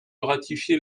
ratifier